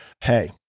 Hey